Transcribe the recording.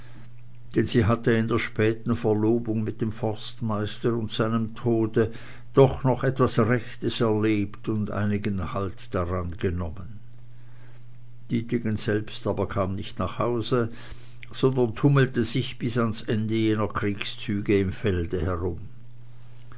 denn sie hatte in der späten verlobung mit dem forstmeister und seinem tode doch noch etwas rechtes erlebt und einigen halt daran genommen dietegen selbst aber kam nicht nach hause sondern tummelte sich bis ans ende jener kriegszüge im felde herum